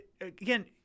Again